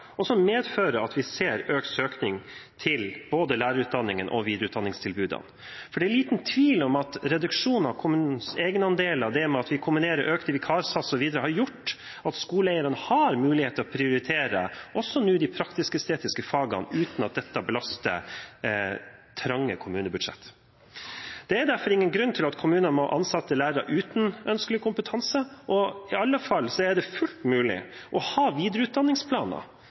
som medfører at vi ser økt søkning til både lærerutdanningene og videreutdanningstilbudene. For det er liten tvil om at reduksjonen av kommunenes egenandeler, det at vi kombinerer økte vikarsatser, osv., har gjort at skoleeierne nå har mulighet til å prioritere også de praktisk-estetiske fagene uten at det belaster trange kommunebudsjetter. Det er derfor ingen grunn til at kommunene må ansette lærere uten ønskelig kompetanse. I alle fall er det fullt mulig å ha videreutdanningsplaner